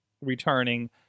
returning